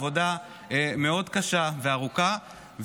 עבודה קשה מאוד וארוכה,